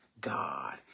God